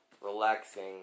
relaxing